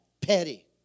petty